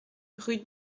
rue